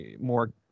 more